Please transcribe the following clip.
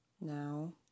Now